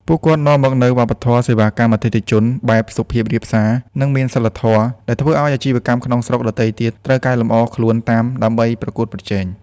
ពួកគាត់នាំមកនូវ "វប្បធម៌សេវាកម្មអតិថិជន" បែបសុភាពរាបសារ និងមានសីលធម៌ ដែលធ្វើឱ្យអាជីវកម្មក្នុងស្រុកដទៃទៀតត្រូវកែលម្អខ្លួនតាមដើម្បីប្រកួតប្រជែង។